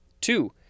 two